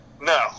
No